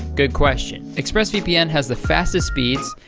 good question. express vpn has the fastest speeds.